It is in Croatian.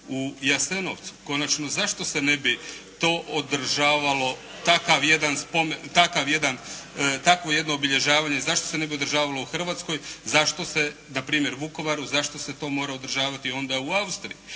u Jasenovcu. Konačno zašto se ne bi to održavalo, takvo jedno obilježavanje zašto se ne bi održavalo u Hrvatskoj, zašto se npr. u Vukovaru, zašto se to mora održavati onda u Austriji.